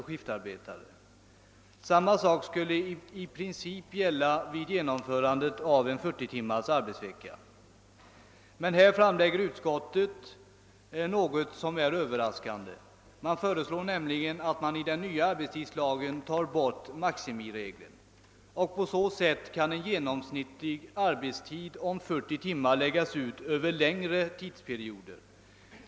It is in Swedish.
Samma sak skulle i princip gälla vid genomförandet av en 40 timmars arbetsvecka, men Ööverraskande nog föreslås att tidigare maximiregel — 9 timmar per dag — tas bort i den nya arbetstidslagen. Härigenom kan en genomsnittlig arbetstid på 40 timmar läggas ut över längre tidsperioder.